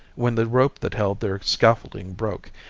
when the rope that held their scaffolding broke.